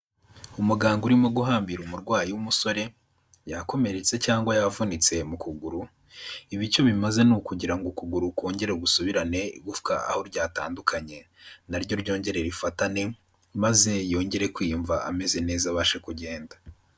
Umuganga urimo guhambira umurwayi w'umusore, yakomeretse cyangwa yavunitse mu kuguru, ibi icyo bimaze ni ukugira ngo ukuguru kongere gusubirane igufwa aho ryatandukanye na ryo ryongere rifatane, maze yongere kwiyumva ameze neza abashe kugenda.